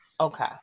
Okay